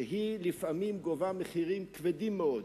שלפעמים היא גובה מחירים כבדים מאוד,